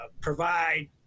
provide